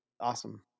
awesome